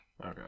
Okay